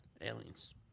Aliens